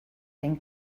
den